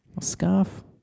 scarf